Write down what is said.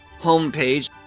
homepage